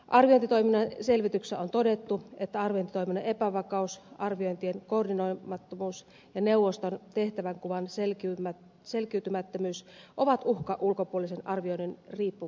arviointitoiminnan selvityksessä on todettu että arviointitoiminnan epävakaus arviointien koordinoimattomuus ja neuvoston tehtävänkuvan selkiytymättömyys ovat uhka ulkopuolisen arvioinnin riippumattomuudelle